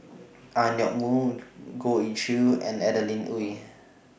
Ang Yoke Mooi Goh Ee Choo and Adeline Ooi